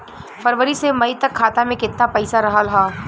फरवरी से मई तक खाता में केतना पईसा रहल ह?